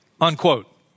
Unquote